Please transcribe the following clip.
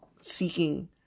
seeking